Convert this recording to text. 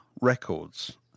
records